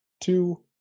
two